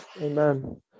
Amen